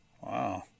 Wow